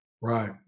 Right